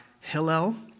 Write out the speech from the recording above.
Hillel